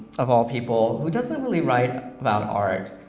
of all people, who doesn't really write about art,